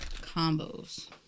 combos